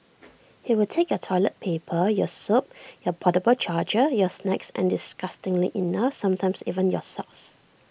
he will take your toilet paper your soap your portable charger your snacks and disgustingly enough sometimes even your socks